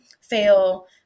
fail